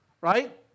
Right